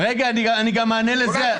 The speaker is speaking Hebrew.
רגע, אני גם אענה לזה.